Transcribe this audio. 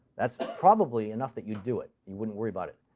that's probably enough that you'd do it. you wouldn't worry about it.